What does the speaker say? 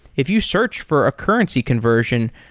if you search for a currency conversion,